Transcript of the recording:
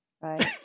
right